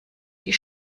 die